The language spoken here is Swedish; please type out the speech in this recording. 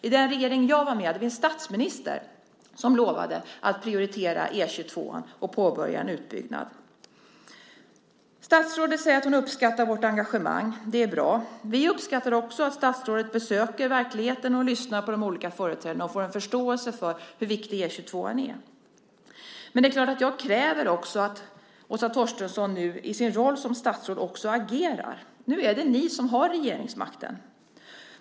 I den regering där jag var med hade vi en statsminister som lovade att prioritera E 22:an och påbörja en utbyggnad. Statsrådet säger att hon uppskattar vårt engagemang. Det är bra. Vi uppskattar också att statsrådet besöker verkligheten, lyssnar på de olika företrädarna och får en förståelse för hur viktig E 22:an är. Men det är klart att jag också kräver att Åsa Torstensson nu i sin roll som statsråd agerar. Nu är det ni som har regeringsmakten.